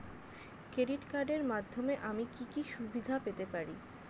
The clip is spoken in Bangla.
ক্রেডিট কার্ডের মাধ্যমে আমি কি কি সুবিধা পেতে পারি?